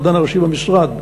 המדען הראשי במשרד,